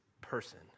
person